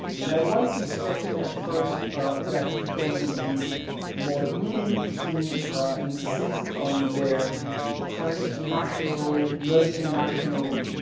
and i was suspecting at first that people would be more willing to insist on their transnational, multinational